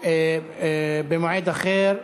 יענה לך במועד אחר,